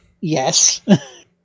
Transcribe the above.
Yes